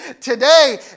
Today